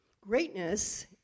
Greatness